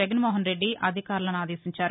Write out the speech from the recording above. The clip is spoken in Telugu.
జగన్మోహన్ రెడ్డి అధికారులను ఆదేశించారు